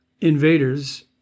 invaders